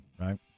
right